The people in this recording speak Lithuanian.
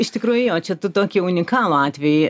iš tikrųjų o čia tu tokį unikalų atvejį